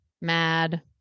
mad